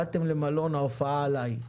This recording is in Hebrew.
באתם למלון ההופעה עליי.